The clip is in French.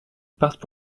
partent